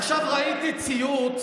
עכשיו, ראיתי ציוץ